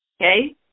Okay